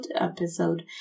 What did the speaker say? episode